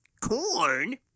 Corn